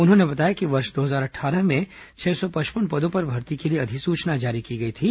उन्होंने बताया कि वर्ष दो हजार अट्ठारह में छह सौ पचपन पदों पर भर्ती के लिए अधिसूचना जारी की गई थी